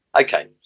Okay